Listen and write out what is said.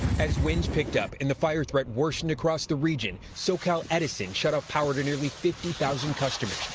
as winds picked up in the fire threat worsened across the region socal edison shut off power to nearly fifty thousand customers.